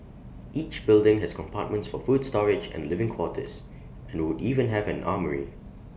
each building has compartments for food storage and living quarters and would even have an armoury